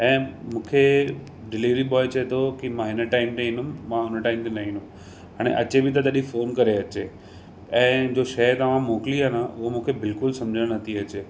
ऐं मूंखे delivery boy चए थो की मां हिन टाइम ते ईंदुमि मां हुन टाइम ते न ईंदुमि हाणे अचे बि त तॾहिं फोन करे अचे ऐं जो शइ तव्हां मोकिली आहे उहो मूंखे बिल्कुलु सम्झ में नथी अचे